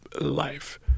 life